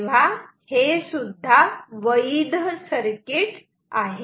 तेव्हा हे सुद्धा वैध सर्किट आहे